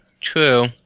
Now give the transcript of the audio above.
True